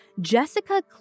Jessica